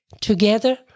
together